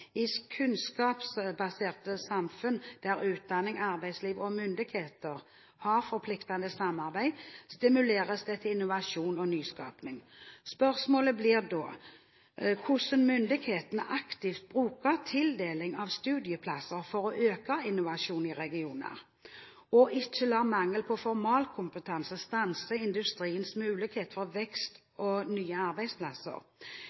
kunnskapsbaserte samfunn, der utdanning, arbeidsliv og myndigheter har forpliktende samarbeid, stimuleres det til innovasjon og nyskaping. Spørsmålet blir da hvordan myndighetene aktivt bruker tildeling av studieplasser for å øke innovasjon i regioner, og ikke lar mangel på formalkompetanse stanse industriens mulighet for